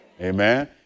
Amen